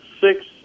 six